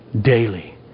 daily